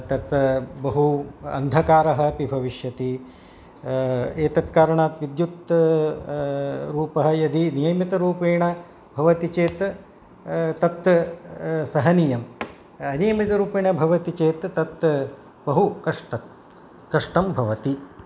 तत् बहु अन्धकारः अपि भविष्यति एतत्कारणात् विद्युत् लोपः यदि नियमितरूपेण भवति चेत् तत् सहनीयम् अनियमितरूपेण भवति चेत् तत् बहुकष्ट कष्टं भवति